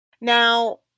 Now